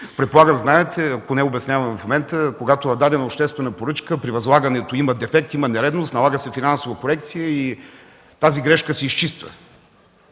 Предполагам знаете, ако не – обяснявам в момента – когато при дадена обществена поръчка при възлагането им има дефект, нередност, налага се финансова корекция и тази грешка се изчиства.